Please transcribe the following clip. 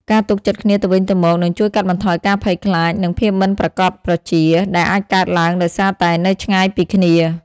ត្រូវស្មោះត្រង់ ជាមួយគ្នា គោរពពាក្យសន្យាដែលបានផ្តល់ឱ្យ ហើយជៀសវាងការលាក់បាំងព័ត៌មានសំខាន់ៗ។